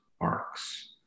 arcs